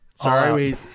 Sorry